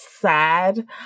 sad